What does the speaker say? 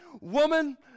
woman